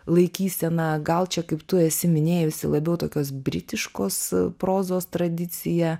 laikysena gal čia kaip tu esi minėjusi labiau tokios britiškos prozos tradicija